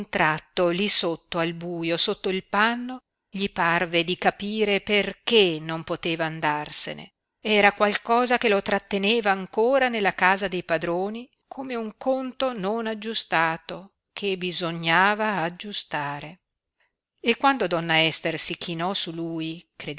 tratto lí sotto al buio sotto il panno gli parve di capire perché non poteva andarsene era qualcosa che lo tratteneva ancora nella casa dei padroni come un conto non aggiustato che bisognava aggiustare e quando donna ester si chinò su lui